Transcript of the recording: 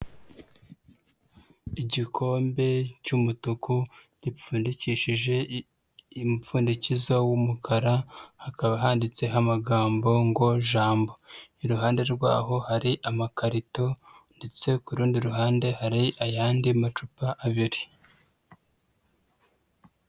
Igikombe cy'umutuku gipfundikishije umupfundikizo w'umukara hakaba handitseho amagambo ngo jambo. Iruhande rwaho hari amakarito, ndetse kurundi ruhande hari ayandi macupa abiri.